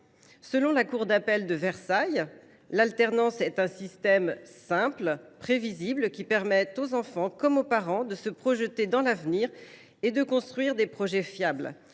Selon la cour d’appel de Versailles, « l’alternance est un système simple, prévisible qui permet aux enfants comme aux parents de se projeter dans l’avenir et de construire des projets fiables.